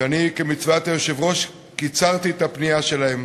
וכמצוות היושב-ראש קיצרתי את הפנייה שלהם